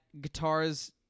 guitars